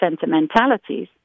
sentimentalities